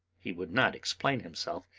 he would not explain himself,